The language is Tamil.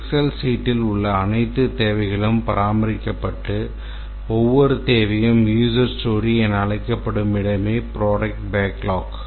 எக்செல் சீட்டில் அனைத்து தேவைகளும் பராமரிக்கப்பட்டு ஒவ்வொரு தேவையும் USER STORY என அழைக்கப்படும் இடமே ப்ரோடக்ட் பேக்லாக்